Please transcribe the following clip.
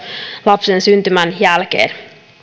lapsen syntymän jälkeen